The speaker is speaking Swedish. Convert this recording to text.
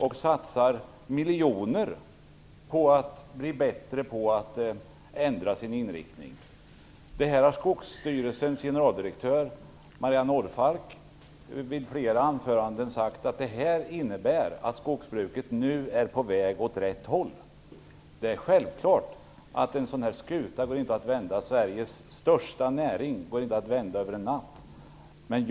Man satsar miljoner för att bli bättre på att ändra sin inriktning. Skogsstyrelsens generaldirektör Maria Norrfalk har i flera anföranden sagt att detta innebär att skogsbruket nu är på väg åt rätt håll. Självklart går en sådan här skuta inte att vända över en natt. Vi talar ju om Sveriges största näring.